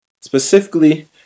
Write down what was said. Specifically